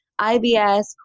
IBS